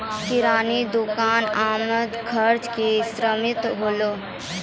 किराना दुकान आमद खर्चा रो श्रोत होलै